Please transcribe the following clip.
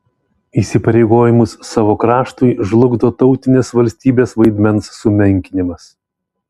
įsipareigojimus savo kraštui žlugdo tautinės valstybės vaidmens sumenkinimas